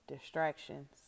distractions